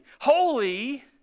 holy